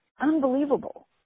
unbelievable